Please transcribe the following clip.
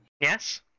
Yes